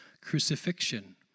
crucifixion